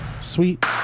Sweet